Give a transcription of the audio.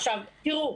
עכשיו, תראו,